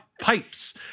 pipes